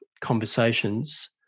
conversations